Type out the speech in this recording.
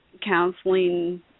counseling